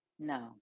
No